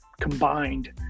combined